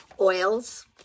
oils